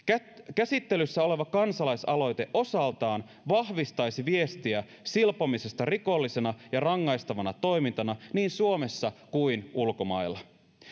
käsittelyssä oleva kansalaisaloite osaltaan vahvistaisi viestiä silpomisesta rikollisena ja rangaistavana toimintana niin suomessa kuin ulkomailla